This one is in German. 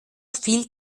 viel